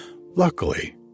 Luckily